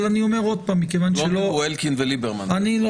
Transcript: אבל אני אומר עוד פעם --- לא, לא.